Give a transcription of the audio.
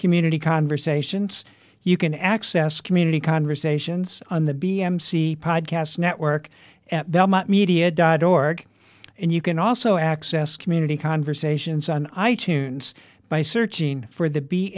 community conversations you can access community conversations on the b m c pod cast network at belmont media dot org and you can also access community conversations on i tunes by searching for the b